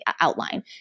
outline